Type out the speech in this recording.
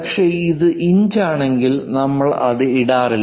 പക്ഷേ അത് ഇഞ്ചാണെങ്കിൽ നമ്മൾ അത് ഇടാറില്ല